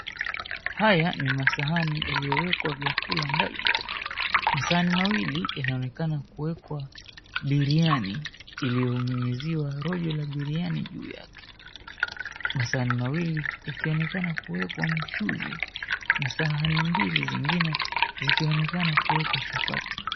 Haya ni masahani yaliyowekwa chakula mbalimbali. Masahani mawili wanaonekana kuwekwa birihani iliyo nyunyuziwa lolo la birihani juu yake. Masahani mawili yakionekana kuwekwa mchuzi, na sahani mbili zingine zikionekana kuwekwa chapati.